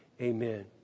amen